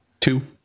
Two